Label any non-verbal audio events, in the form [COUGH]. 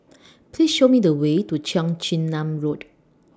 [NOISE] Please Show Me The Way to Cheong Chin Nam Road